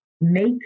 make